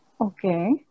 Okay